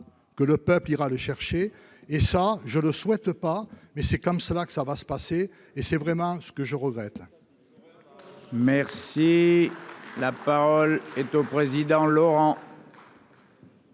que le peuple ira le chercher et ça je le souhaite pas, mais c'est comme cela que ça va se passer et c'est vraiment ce que je regrette. Merci. La parole est au président Laurent.